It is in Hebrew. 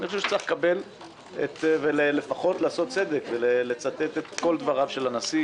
אני חושב שצריך לפחות לעשות צדק ולצטט את כל דבריו של הנשיא,